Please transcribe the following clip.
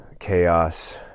chaos